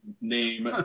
name